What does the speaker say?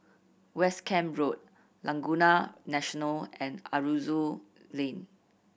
West Camp Road Laguna National and Aroozoo Lane